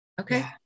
Okay